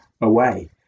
away